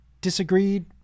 disagreed